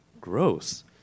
gross